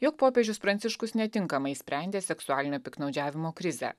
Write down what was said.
jog popiežius pranciškus netinkamai išsprendė seksualinio piktnaudžiavimo krizę